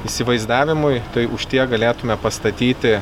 įsivaizdavimui tai už tiek galėtume pastatyti